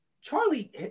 Charlie